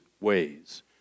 ways